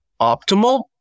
optimal